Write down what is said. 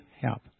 help